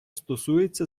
стосується